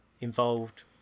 involved